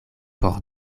por